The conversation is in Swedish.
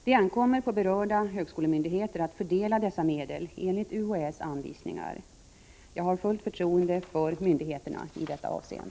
Det ankommer på berörda högskolemyndigheter att fördela dessa medel enligt UHÄ:s anvisningar. Jag har fullt förtroende för myndigheterna i detta avseende.